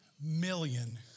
million